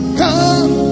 come